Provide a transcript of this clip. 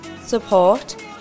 support